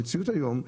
במציאות היום,